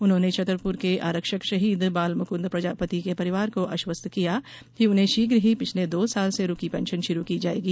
उन्होंने छतरपुर के आरक्षक शहीद बालमुकुंद प्रजापति के परिवार को आश्वस्त किया कि उन्हें शीघ्र ही पिछले दो साल से रुकी पेंशन शुरु की जायेगी